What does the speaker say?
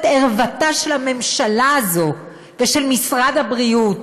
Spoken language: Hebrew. ערוותה של הממשלה הזאת ושל משרד הבריאות.